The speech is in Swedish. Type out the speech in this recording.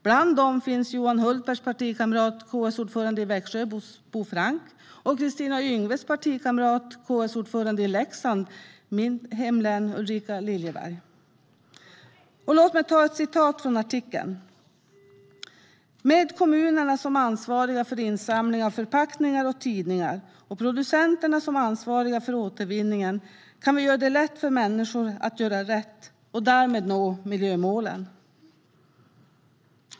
Bland dem finns Johan Hultbergs partikamrat kommunstyrelseordföranden i Växjö, Bo Frank, och Kristina Yngwes partikamrat kommunstyrelseordföranden i mitt hemlän Leksand, Ulrika Liljeberg. Låt mig ta ett citat från artikeln: "Med kommunerna som ansvariga för insamling av förpackningar och tidningar och producenterna som ansvariga för återvinningen kan vi göra det lätt för människor att göra rätt och därmed nå miljömålen."